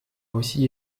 aussi